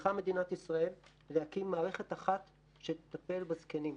צריכה מדינת ישראל להקים מערכת אחת שתטפל בזקנים.